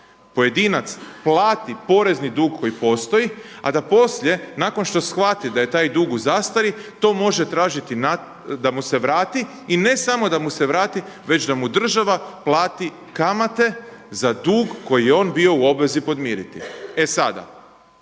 pojedinac plati porezni dug koji postoji, a da poslije nakon što shvati da je taj dug u zastari, to može tražiti da mu se vrati i ne samo da mu se vrati već da mu država plati kamate za dug koji je on bio u obvezi podmiriti. E sada,